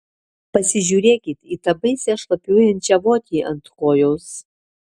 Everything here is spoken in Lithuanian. pasižiūrėkit į tą baisią šlapiuojančią votį ant kojos